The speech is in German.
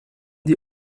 die